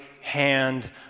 hand